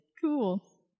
Cool